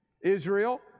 Israel